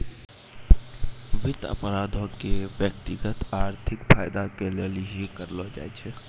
वित्त अपराधो के व्यक्तिगत आर्थिक फायदा के लेली ही करलो जाय छै